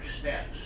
steps